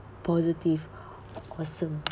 positive awesome